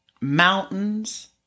mountains